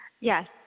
Yes